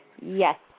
Yes